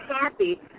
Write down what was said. happy